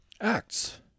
Acts